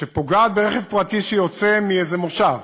שפוגעת ברכב פרטי שיוצא מאיזה מושב